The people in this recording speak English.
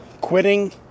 quitting